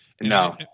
No